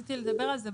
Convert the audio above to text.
רציתי לדבר על זה,